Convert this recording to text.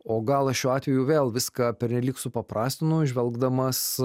o gal aš šiuo atveju vėl viską pernelyg supaprastinu žvelgdamas